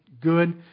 good